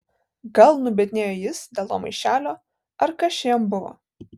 gal nubiednėjo jis dėl to maišelio ar kas čia jam buvo